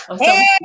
Hey